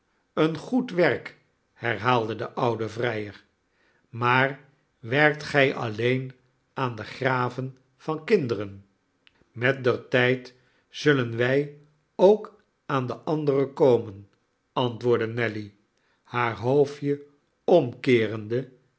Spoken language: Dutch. een goed werk herhaalde de oude vrijer maar werkt gij alleen aan de graven van kinderen met der tijd zullen wij ook aan de anderen komen antwoordde nelly haar hoofdje omkeerende